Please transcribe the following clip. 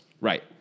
Right